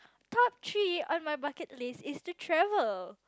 top three on my bucket list is to travel